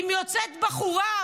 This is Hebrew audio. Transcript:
אם יוצאת בחורה,